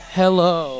hello